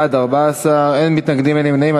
בעד, 14, אין מתנגדים, אין נמנעים.